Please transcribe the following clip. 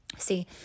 See